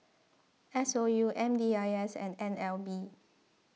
S O U M D I S and N L B